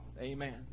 Amen